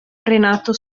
renato